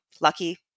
lucky